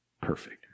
perfect